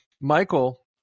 Michael